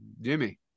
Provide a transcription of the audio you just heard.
Jimmy